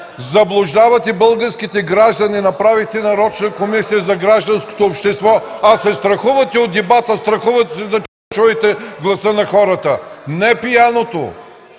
Заблуждавате българските граждани. Направихте нарочна Комисия за гражданското общество, а се страхувате от дебата, страхувате се да чуете гласа на хората. Не пианото,